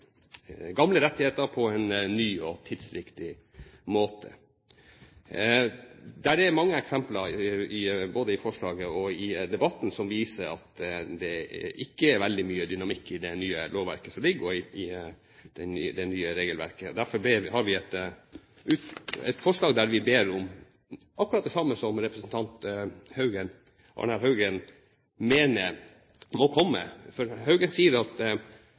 gamle rettigheter på en ny og tidsriktig måte. Det er mange eksempler både i forslaget og i debatten som viser at det ikke er veldig mye dynamikk i det nye lovverket, det nye regelverket. Derfor har vi et forslag der vi ber om akkurat det samme som representanten Arne L. Haugen mener må komme. Haugen sier at